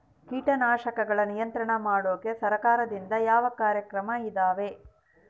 ಕೇಟನಾಶಕಗಳ ನಿಯಂತ್ರಣ ಮಾಡೋಕೆ ಸರಕಾರದಿಂದ ಯಾವ ಕಾರ್ಯಕ್ರಮ ಇದಾವ?